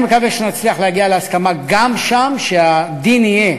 אני מקווה שנצליח להגיע להסכמה גם שם, שהדין יהיה